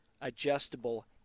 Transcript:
adjustable